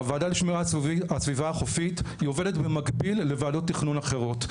הוועדה לשמירת הסביבה החופית היא עובדת במקביל לוועדות תכנון אחרות.